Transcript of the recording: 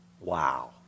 wow